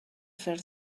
fer